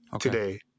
today